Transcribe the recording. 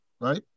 right